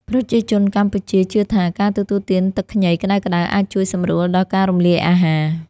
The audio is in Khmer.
ប្រជាជនកម្ពុជាជឿថា ការទទួលទានទឹកខ្ញីក្តៅៗអាចជួយសម្រួលដល់ការរំលាយអាហារ។